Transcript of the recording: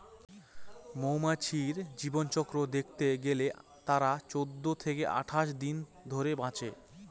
মৌমাছির জীবনচক্র দেখতে গেলে তারা চৌদ্দ থেকে আঠাশ দিন ধরে বাঁচে